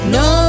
no